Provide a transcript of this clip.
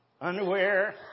underwear